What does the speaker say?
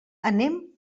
anem